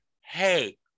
hey